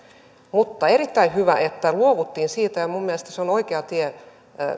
mutta erittäin hyvä että luovuttiin siitä ja minun mielestäni on oikea tie